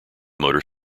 motor